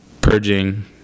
purging